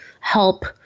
help